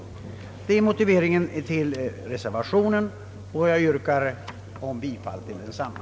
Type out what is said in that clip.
Detta är motiveringen till reservationen, och jag yrkar bifall till densamma.